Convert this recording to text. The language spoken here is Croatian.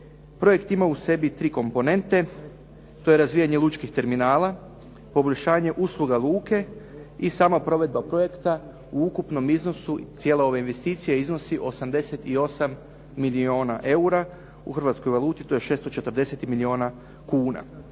Projekt ima u sebi tri komponente. To je razvijanje lučkih terminala, poboljšanje usluga luke i sama provedba projekta u ukupnom iznosu cijele ove investicije iznosi 88 milijuna eura, u hrvatskoj valuti to je 640 milijuna kuna